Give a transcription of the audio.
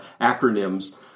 acronyms